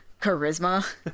charisma